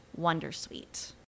Wondersuite